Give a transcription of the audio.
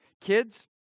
Kids